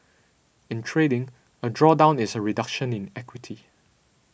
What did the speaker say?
in trading a drawdown is a reduction in equity